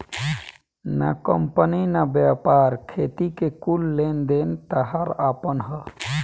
ना कंपनी ना व्यापार, खेती के कुल लेन देन ताहार आपन ह